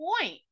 point